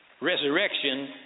resurrection